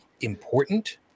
important